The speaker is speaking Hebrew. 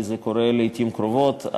כי זה קורה לעתים קרובות,